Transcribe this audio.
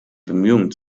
bemühungen